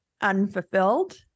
unfulfilled